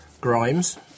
Grimes